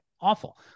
awful